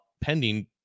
pending